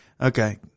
Okay